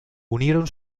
unieron